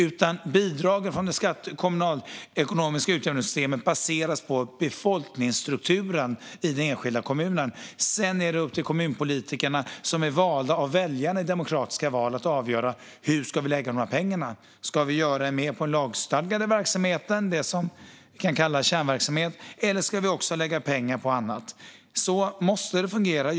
Utan bidragen från det kommunala utjämningssystemet baseras på befolkningsstrukturen i den enskilda kommunen. Sedan är det upp till kommunpolitikerna, som är valda av väljarna i demokratiska val, att avgöra vad de ska lägga pengarna på. Det kan vara att lägga mer på den lagstadgade verksamheten, som kan kallas kärnverksamhet, eller så kan man välja att lägga pengar också på annat. Så måste det fungera.